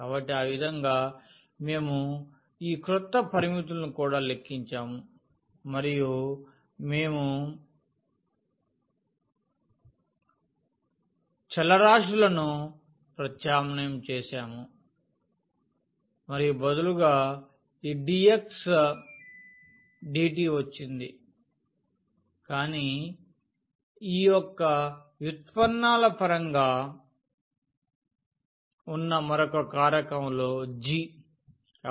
కాబట్టి ఆ విధంగా మేము ఈ క్రొత్త పరిమితులను కూడా లెక్కించాము మరియు మేము చలరాశులను ప్రతిక్షేపించడం చేసాము మరియు బదులుగా ఈ dx dt వచ్చింది కానీ ఈ యొక్క వ్యుత్పన్నాల పరంగా ఉన్న మరొక కారకం g